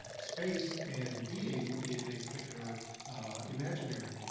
space and being in a particular imaginary.